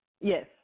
Yes